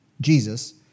Jesus